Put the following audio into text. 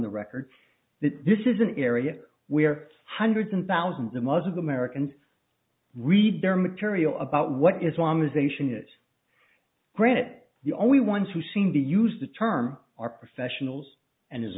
the record that this is an area where hundreds and thousands of muslim americans read their material about what islamisation is granite the only ones who seem to use the term are professionals and is